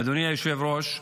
אדוני היושב-ראש,